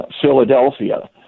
Philadelphia